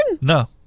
No